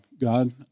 God